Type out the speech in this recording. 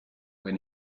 when